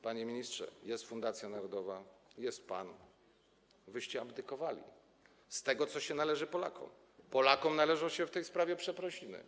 Panie ministrze, jest fundacja narodowa, jest pan, a wy abdykowaliście w kwestii tego, co się należy Polakom, a Polakom należą się w tej sprawie przeprosiny.